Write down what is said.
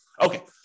okay